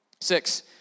Six